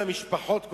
המשפחות,